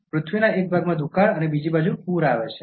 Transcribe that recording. પૃથ્વીના એક ભાગમાં દુષ્કાળ અને બીજી બાજુ પૂર આવી શકે છે